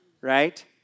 right